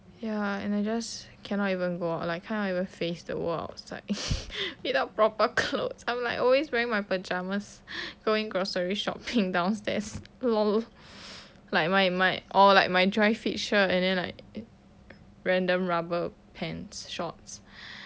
ya and I just cannot even go out like cannot even face the world outside without proper clothes I'm like always wearing my pajamas going grocery shopping downstairs lol or like my dry fit shirt and then like random rubber pants shorts